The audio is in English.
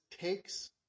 takes